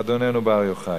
אדוננו בר יוחאי".